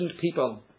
people